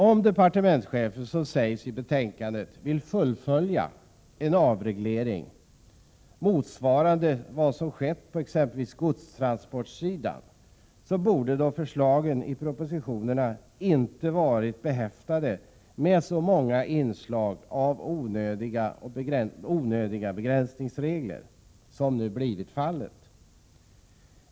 Om departementschefen, som det sägs i betänkandet, vill fullfölja en avreglering motsvarande vad som skett på exempelvis godstransportsidan, borde förslagen i propositionerna inte ha varit behäftade med så många inslag av onödiga begränsningsregler som nu blivit fallet.